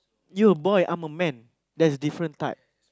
you're a boy I'm a man there's different type